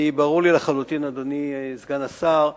ברור לי לחלוטין, אדוני סגן השר,